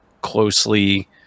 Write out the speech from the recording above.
closely